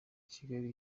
kigali